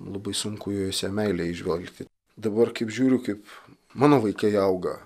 labai sunku jose meilę įžvelgti dabar kaip žiūriu kaip mano vaikai auga